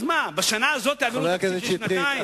חבר הכנסת שטרית,